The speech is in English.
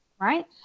right